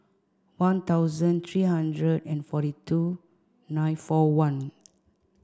one thousand three hundred and forty two nine four one